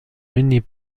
menés